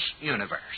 universe